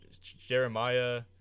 Jeremiah